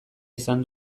izan